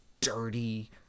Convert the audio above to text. dirty